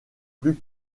plus